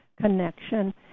connection